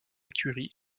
écurie